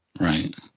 Right